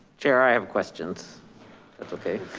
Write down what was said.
jerry. i have questions. that's okay,